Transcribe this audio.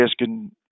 asking